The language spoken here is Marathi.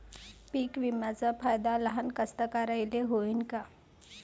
पीक विम्याचा फायदा लहान कास्तकाराइले होईन का?